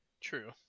True